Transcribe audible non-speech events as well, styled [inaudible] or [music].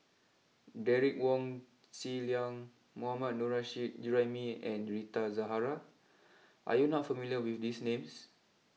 Derek Wong Zi Liang Mohammad Nurrasyid Juraimi and Rita Zahara [noise] are you not familiar with these names